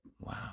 Wow